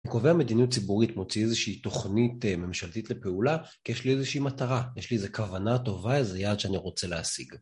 מקובעי המדיניות ציבורית מוציא איזושהי תוכנית ממשלתית לפעולה, כי יש לי איזושהי מטרה, יש לי איזה כוונה טובה, איזה יעד שאני רוצה להשיג.